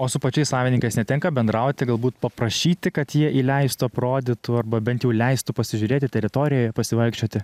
o su pačiais savininkas netenka bendrauti galbūt paprašyti kad jie įleistų aprodytų arba bent jau leistų pasižiūrėti teritoriją pasivaikščioti